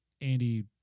Andy